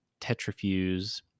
tetrafuse